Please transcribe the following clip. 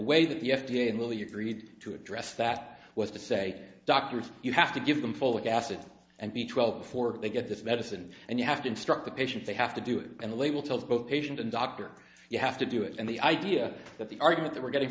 way that the f d a will you agreed to address that was to say doctors you have to give them full of acid and b twelve before they get this medicine and you have to instruct the patient they have to do it and the label tells both patient and doctor you have to do it and the idea that the argument that we're getting